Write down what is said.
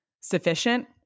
sufficient